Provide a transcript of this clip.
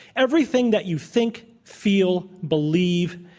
everything that you think, feel, believe,